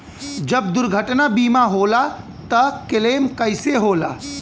जब दुर्घटना बीमा होला त क्लेम कईसे होला?